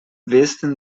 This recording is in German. westen